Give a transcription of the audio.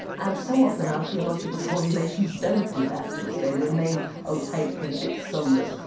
and so often our theological formulations don't do that to us. they remain opaque and a bit soulless.